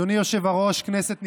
אדוני היושב-ראש, כנסת נכבדה,